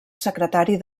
secretari